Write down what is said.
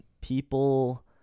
people